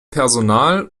personal